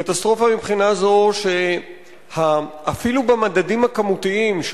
קטסטרופה מבחינה זו שאפילו במדדים הכמותיים של